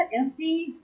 empty